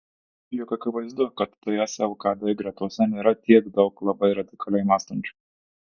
juk akivaizdu kad ts lkd gretose nėra tiek daug labai radikaliai mąstančių